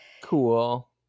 Cool